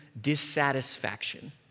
dissatisfaction